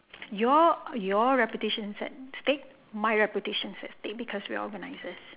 your your reputation is at stake my reputation is at stake because we're organizers